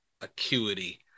acuity